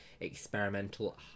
experimental